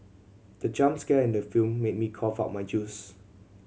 the jump scare in the film made me cough out my juice